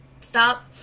stop